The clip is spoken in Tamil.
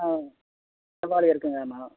ஆ ஆமாங்க செவ்வாழை இருக்குதுங்க மரம்